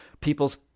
people's